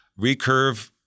Recurve